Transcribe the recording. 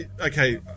okay